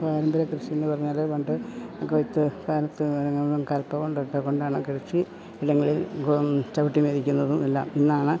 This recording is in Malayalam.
പാരമ്പര്യകൃഷിയെന്നു പറഞ്ഞാൽ പണ്ട് കൊയ്ത്ത് കാലങ്ങളിലും കലപ്പ കൊണ്ടൊക്കെ കൊണ്ടാണ് കൃഷി ഇല്ലെങ്കിൽ ചവിട്ടി മെതിക്കുന്നതും എല്ലാം ഇന്നാണ്